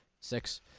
Six